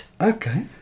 Okay